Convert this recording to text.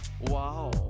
Wow